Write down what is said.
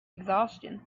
exhaustion